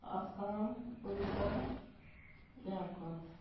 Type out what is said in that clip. Assam Odisha Jharkhand